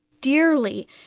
dearly